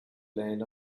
land